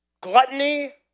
Gluttony